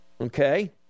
Okay